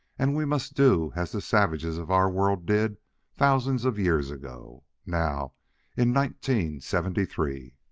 and we must do as the savages of our world did thousands of years ago. now in nineteen seventy-three!